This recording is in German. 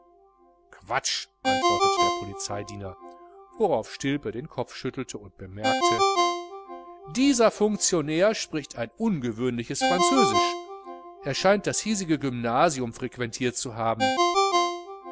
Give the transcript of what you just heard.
quatsch antwortete der polizeidiener worauf stilpe den kopf schüttelte und bemerkte dieser funktionär spricht ein ungewöhnliches französisch er scheint das hiesige gymnasium frequentiert zu haben